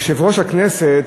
יושב-ראש הכנסת,